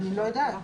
אני לא יודעת.